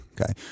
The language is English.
Okay